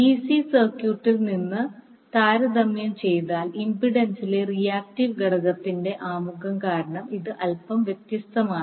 DC സർക്യൂട്ടിൽ നിന്ന് താരതമ്യം ചെയ്താൽ ഇംപിഡൻസിലെ റിയാക്ടീവ് ഘടകത്തിന്റെ ആമുഖം കാരണം ഇത് അൽപം വ്യത്യസ്തമാണ്